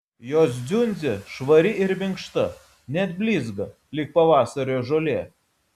jos dziundzė švari ir minkšta net blizga lyg pavasario žolė